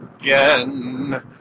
again